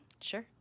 sure